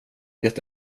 det